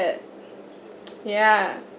yeah